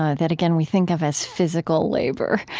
ah that again we think of as physical labor,